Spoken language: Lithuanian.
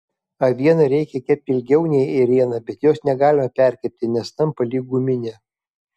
avieną reikia kepti ilgiau nei ėrieną bet jos negalima perkepti nes tampa lyg guminė